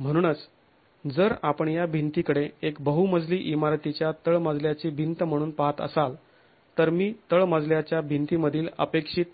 म्हणूनच जर आपण या भिंतीकडे एक बहुमजली इमारतीच्या तळमजल्यावरची भिंत म्हणून पाहत असाल तर मी तळमजल्याच्या भिंतीमधील अपेक्षित